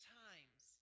times